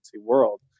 world